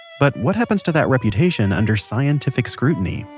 but what happens to that reputation under scientific scrutiny?